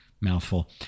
mouthful